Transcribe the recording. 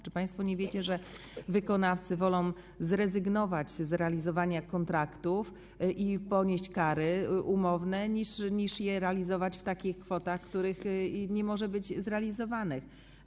Czy państwo nie wiecie, że wykonawcy wolą zrezygnować z realizowania kontraktów i ponieść kary umowne, niż je realizować w takich kwotach, w których nie mogą one być zrealizowane?